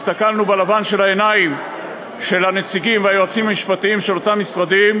הסתכלנו בלבן של העיניים של הנציגים והיועצים המשפטיים של אותם משרדים,